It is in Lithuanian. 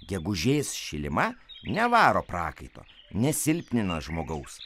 gegužės šilima nevaro prakaito nesilpnina žmogaus